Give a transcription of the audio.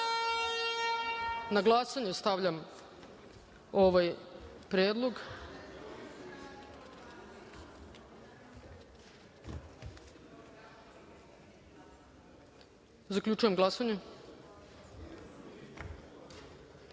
glasanje stavljam ovaj predlog. Zaključujem glasanje: